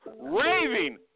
raving